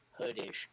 hoodish